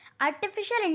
artificial